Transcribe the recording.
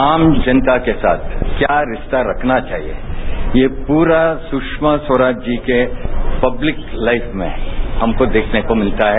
आम जनता के साथ क्या रिश्ता रखना चाहिए ये पूरा सुषमा स्वराज जी के पब्लिक लाइफ में है हमको देखने को मिलता है